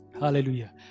hallelujah